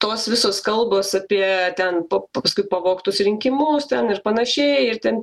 tos visos kalbos apie ten pa paskui pavogtus rinkimus ten ir panašiai ir ten